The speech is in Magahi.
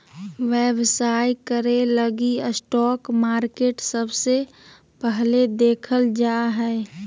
व्यवसाय करे लगी स्टाक मार्केट सबसे पहले देखल जा हय